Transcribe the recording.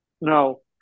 No